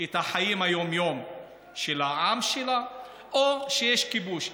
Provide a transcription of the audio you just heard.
את חיי היום-יום של העם שלה או שיש כיבוש.